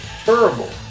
terrible